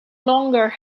longer